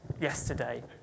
yesterday